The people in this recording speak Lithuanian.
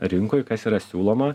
rinkoj kas yra siūloma